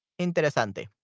interesante